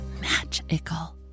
magical